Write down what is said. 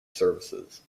services